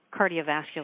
cardiovascular